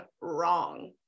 wrong